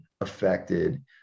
affected